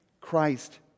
Christ